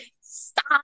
stop